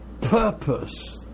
purpose